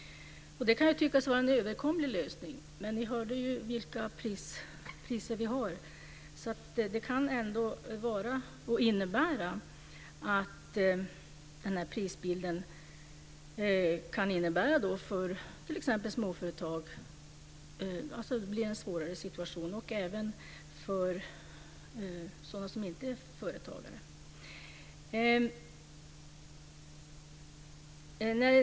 Det kan ju tyckas vara en överkomlig lösning, men ni hörde ju vilka priser vi har. Den här prisbilden kan innebära en svårare situation för småföretag och även för sådana som inte är företagare.